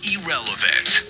Irrelevant